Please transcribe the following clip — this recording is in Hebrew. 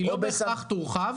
לא בהכרח תורחב.